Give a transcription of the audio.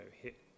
hit